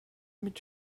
mit